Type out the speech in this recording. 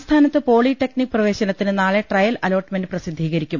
സംസ്ഥാനത്ത് പോളിടെക്നിക് പ്രവേശനത്തിന് നാളെ ട്രയൽ അലോ ട്മെന്റ് പ്രസിദ്ധീകരിക്കും